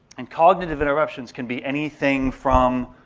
and cognitive interruptions can be anything from